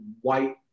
white